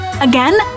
again